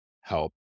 help